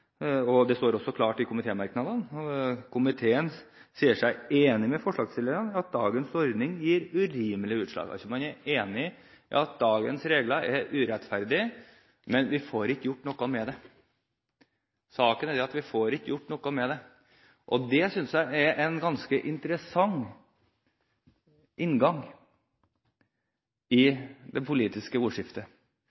og det står også klart i komitémerknadene: «Komiteen sier seg enig med forslagsstillerne i at dagens ordning gir urimelige utslag» – er enig i at dagens regler er urettferdige. Men vi får ikke gjort noe med det. Saken er at vi ikke får gjort noe med det, og det synes jeg er en ganske interessant inngang